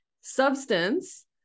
substance